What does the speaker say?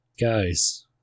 Guys